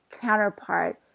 counterpart